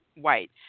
white